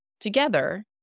together